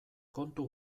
kontu